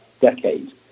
decade